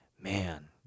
Man